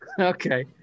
Okay